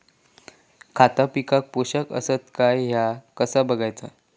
खता पिकाक पोषक आसत काय ह्या कसा बगायचा?